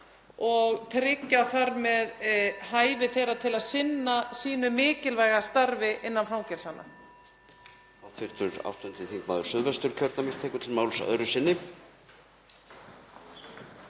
og tryggja þar með hæfi þeirra til að sinna sínu mikilvæga starfi innan fangelsanna.